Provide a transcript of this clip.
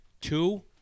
Two